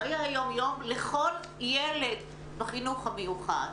בחיי היום יום לכל ילד בחינוך המיוחד